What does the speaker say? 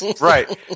right